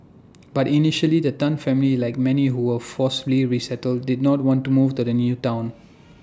but initially the Tan family like many who were forcibly resettled did not want to move to the new Town